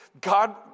God